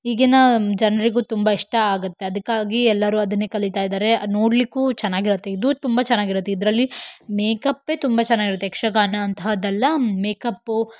ಈಗಿನ ಜನರಿಗೂ ತುಂಬ ಇಷ್ಟ ಆಗತ್ತೆ ಅದಕ್ಕಾಗಿ ಎಲ್ಲರೂ ಅದನ್ನೇ ಕಲಿತಾ ಇದ್ದಾರೆ ನೋಡಲಿಕ್ಕೂ ಚೆನ್ನಾಗಿರತ್ತೆ ಇದೂ ತುಂಬ ಚೆನ್ನಾಗಿರತ್ತೆ ಇದರಲ್ಲಿ ಮೇಕಪ್ಪೇ ತುಂಬ ಚೆನ್ನಾಗಿರತ್ತೆ ಯಕ್ಷಗಾನ ಅಂತಹದ್ದೆಲ್ಲ ಮೇಕಪ್ಪು